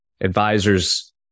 advisors